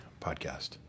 Podcast